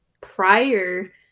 prior